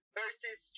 versus